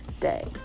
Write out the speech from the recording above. day